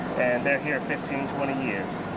and they're here fifteen, twenty years.